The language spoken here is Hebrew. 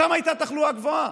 שם הייתה תחלואה גבוהה,